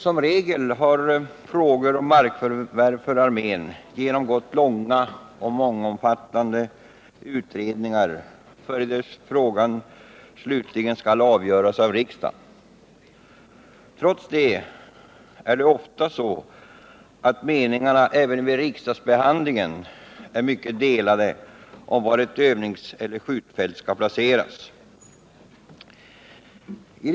Som regel har frågor om markförvärv för armén genomgått långa och mångomfattande utredningar före det slutliga avgörandet i riksdagen. Trots detta är det ofta så att meningarna även vid riksdagsbehandlingen är mycket delade om var ett övningsoch/eller skjutfält skall placeras.